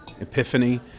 epiphany